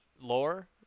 lore